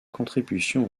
contribution